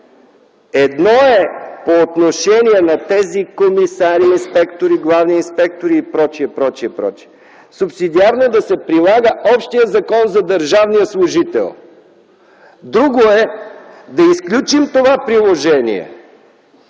Едно е по отношение на тези комисари, инспектори, главни инспектори и пр. субсидиарно да се прилага общият Закон за държавния служител! Друго е да изключим това приложение